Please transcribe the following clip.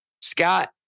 Scott